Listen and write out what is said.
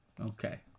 Okay